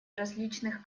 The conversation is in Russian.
различных